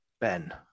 Ben